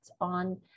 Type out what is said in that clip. on